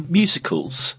musicals